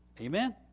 Amen